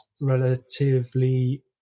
relatively